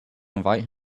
invite